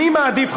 אני מעדיף,